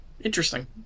Interesting